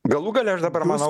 galų gale aš dabar manau